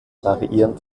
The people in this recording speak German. variieren